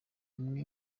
umwe